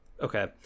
Okay